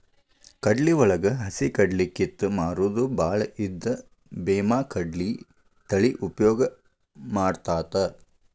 ಕಡ್ಲಿವಳಗ ಹಸಿಕಡ್ಲಿ ಕಿತ್ತ ಮಾರುದು ಬಾಳ ಇದ್ದ ಬೇಮಾಕಡ್ಲಿ ತಳಿ ಉಪಯೋಗ ಮಾಡತಾತ